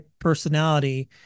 personality